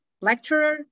lecturer